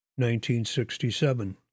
1967